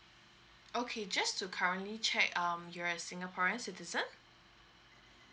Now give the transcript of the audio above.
okay just to currently check um you're a singaporean citizen